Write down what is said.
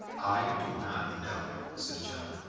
i do not know, said john.